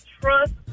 trust